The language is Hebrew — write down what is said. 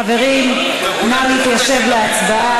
חברים, נא להתיישב להצבעה.